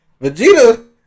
Vegeta